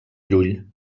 llull